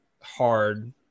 hard